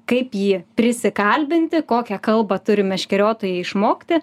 kaip jį prisikalbinti kokią kalbą turi meškeriotojai išmokti